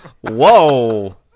whoa